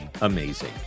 amazing